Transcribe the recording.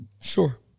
Sure